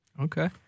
Okay